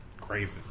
Crazy